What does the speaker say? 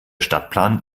stadtplan